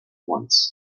once